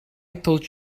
told